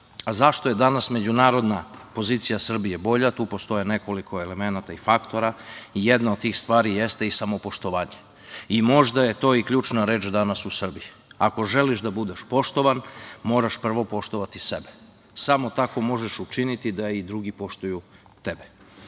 je danas međunarodna pozicija Srbije bolja? Tu postoji nekoliko elemenata i faktora. Jedna od tih stvari jeste i samopoštovanje. Možda je to i ključna reč danas u Srbiji. Ako želiš da budeš poštovan, moraš prvo poštovati sebe. Samo tako možeš učiniti da i drugi poštuju tebe.